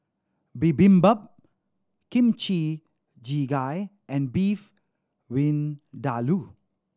Bibimbap Kimchi Jjigae and Beef Vindaloo